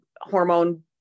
hormone